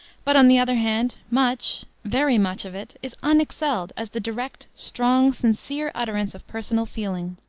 but on the other hand, much, very much of it, is unexcelled as the direct, strong, sincere utterance of personal feeling.